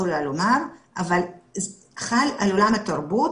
מתכבדת לפתוח את הדיון בנושא: מתווה להחזרת עולם התרבות